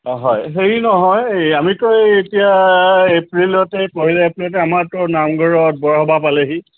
অঁ হয় হেৰি নহয় এই আমিতো এতিয়া এপ্ৰিলত এই পহিলা এপ্ৰিলতে আমাৰতো নামঘৰত বৰসবাহ পালেহি